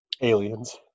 Aliens